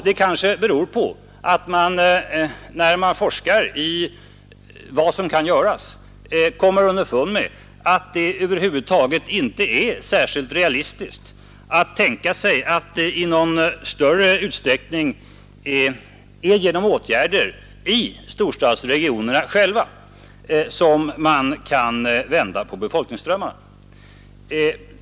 Det kanske beror på att man när man forskar i vad som kan göras kommer underfund med att det över huvud taget inte är särskilt realistiskt att tänka sig att man i någon större utsträckning genom åtgärder i storstadsregionerna skall kunna vända på befolkningsströmmarna.